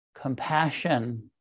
compassion